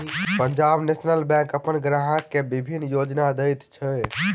Punjab National Bank अपन ग्राहक के विभिन्न योजना दैत अछि